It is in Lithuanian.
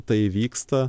tai vyksta